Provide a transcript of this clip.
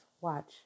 watch